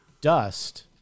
dust